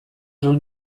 room